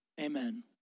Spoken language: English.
Amen